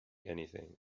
anything